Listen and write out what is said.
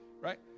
right